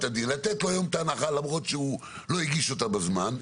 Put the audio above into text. הדין לתת לו היום את ההנחה למרות שהוא לא הגיש אותה בזמן,